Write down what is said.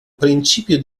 principio